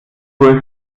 ist